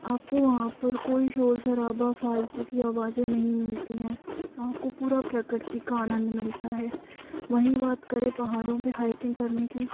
आपको वहाँ पर कोई शोर शराबा फालतू की आवाज़ें नहीं मिलती है आपको पूरा प्रकृति का आनंद मिलता है हाइकिंग वहीं बात करें पहाड़ों पे हाइकिंग करने की